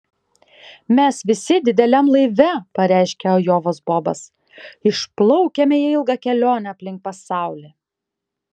mes visi dideliam laive pareiškė ajovos bobas išplaukiame į ilgą kelionę aplink pasaulį